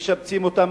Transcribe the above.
משפצים אותם,